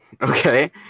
Okay